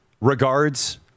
regards